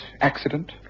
accident